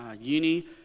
uni